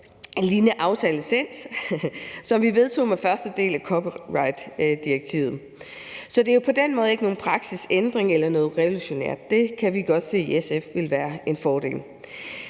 en lignende aftalelicens som den, vi vedtog med den første del af copyrightdirektivet. Så det er jo på den måde ikke nogen praksisændring eller noget revolutionært, og det kan vi i SF godt se ville være en fordel.